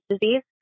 disease